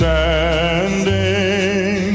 Standing